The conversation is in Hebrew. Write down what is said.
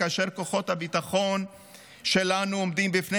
כאשר כוחות הביטחון שלנו עומדים בפני